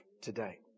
today